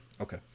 Okay